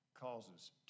causes